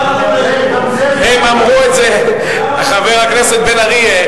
אתה זמני, אותך אנחנו, חבר הכנסת בן-ארי,